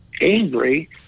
angry